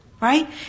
Right